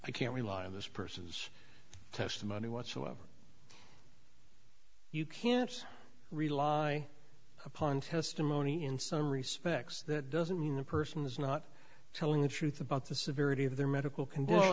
i can't rely on this person's testimony whatsoever you can't just rely upon testimony in some respects that doesn't mean the person is not telling the truth about the severity of their medical condition